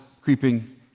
creeping